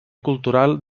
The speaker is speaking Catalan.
cultural